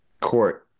court